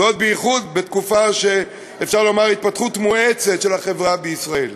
בייחוד בתקופה שאפשר לומר שיש התפתחות מואצת של החברה בישראל.